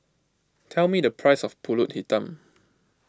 tell me the price of Pulut Hitam